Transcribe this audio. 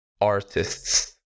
artists